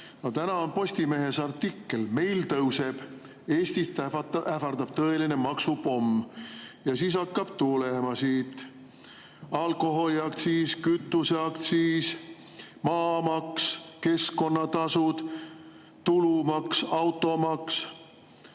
Täna on Postimehes artikkel "Meil tõuseb! Eestit ähvardab tõeline maksupomm". Ja siis hakkab tulema: alkoholiaktsiis, kütuseaktsiis, maamaks, keskkonnatasud, tulumaks, automaks,